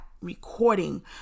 recording